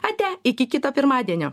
atia iki kito pirmadienio